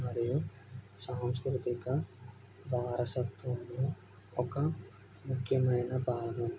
మరియు సాంస్కృతిక వారసత్వంలో ఒక ముఖ్యమైన భాగం